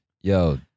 Yo